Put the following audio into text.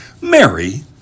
Mary